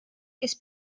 kes